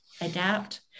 adapt